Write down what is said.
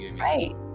right